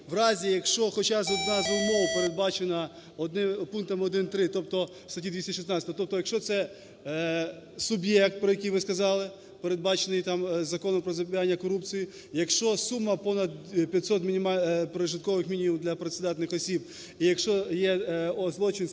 в разі, якщо хоча б одна з умов передбачена пунктами 1-3 статті 216. Тобто, якщо це суб'єкт, про який ви сказали, передбачений Законом "Про запобігання корупції", якщо сума понад п'ятсот прожиткових мінімумів для працездатних осіб і якщо є злочин,